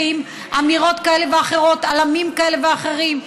ועם אמירות כאלה ואחרות על עמים כאלה ואחרים.